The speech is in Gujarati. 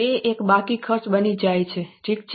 તે એક બાકી ખર્ચ બની જાય છે ઠીક છે